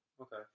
Okay